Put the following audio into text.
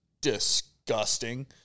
disgusting